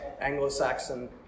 Anglo-Saxon